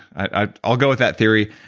i'll i'll go with that theory.